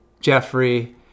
Jeffrey